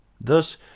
Thus